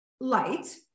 light